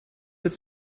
that